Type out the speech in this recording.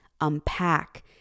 unpack